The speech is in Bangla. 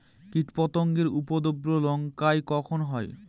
কীটপতেঙ্গর উপদ্রব লঙ্কায় কখন হয়?